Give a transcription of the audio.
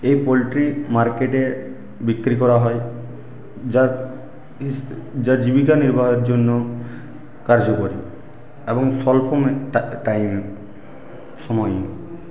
এই পোলট্রি মার্কেটে বিক্রি করা হয় যা যা জীবিকা নির্বাহের জন্য কার্যকরী এবং স্বল্প টা টাইম সময়ে